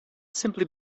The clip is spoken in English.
simply